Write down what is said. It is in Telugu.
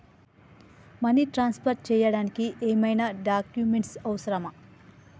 మనీ ట్రాన్స్ఫర్ చేయడానికి ఏమైనా డాక్యుమెంట్స్ అవసరమా?